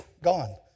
gone